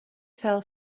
fell